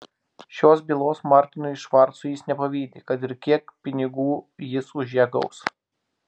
šios bylos martinui švarcui jis nepavydi kad ir kiek pinigų jis už ją gaus